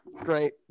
Great